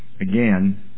again